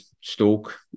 Stoke